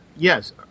Yes